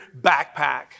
backpack